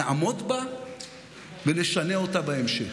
נעמוד בה ונשנה אותה בהמשך.